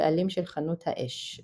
הבעלים של "חנות האש".